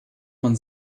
man